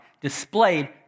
displayed